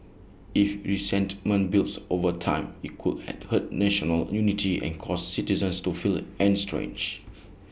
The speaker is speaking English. if resentment builds over time IT could hurt national unity and cause citizens to feel estranged